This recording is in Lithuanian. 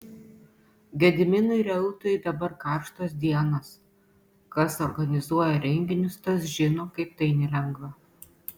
gediminui reutui dabar karštos dienos kas organizuoja renginius tas žino kaip tai nelengva